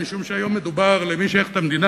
משום שהיום מדובר למי שייכת המדינה,